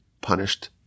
punished